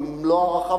עם מלוא ההערכה,